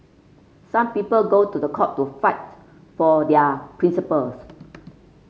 some people go to the court to fight for their principles